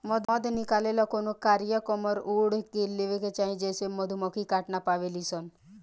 मध निकाले ला कवनो कारिया कमर ओढ़ लेवे के चाही जेसे मधुमक्खी काट ना पावेली सन